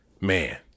man